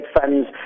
funds